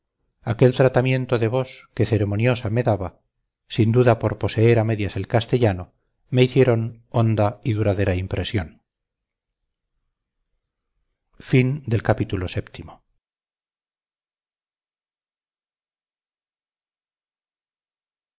aquel tratamiento de vos que ceremoniosa me daba sin duda por poseer a medias el castellano me hicieron honda y duradera impresión